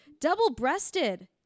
double-breasted